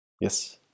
Yes